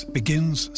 begins